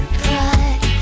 pride